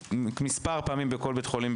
ומספר פעמים בכל בית חולים,